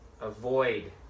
Avoid